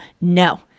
no